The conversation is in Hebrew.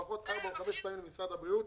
לפחות ארבע או חמש פעמים למשרד הבריאות,